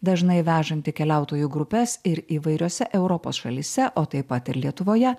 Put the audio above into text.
dažnai vežanti keliautojų grupes ir įvairiose europos šalyse o taip pat ir lietuvoje